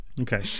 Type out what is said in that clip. Okay